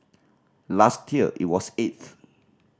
last year it was eighth